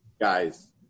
guys